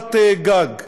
קורת גג.